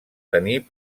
tenir